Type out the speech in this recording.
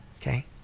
okay